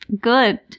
Good